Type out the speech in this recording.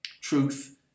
Truth